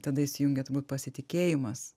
tada įsijungia turbūt pasitikėjimas